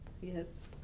Yes